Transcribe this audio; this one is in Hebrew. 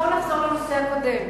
בואו נחזור לנושא הקודם.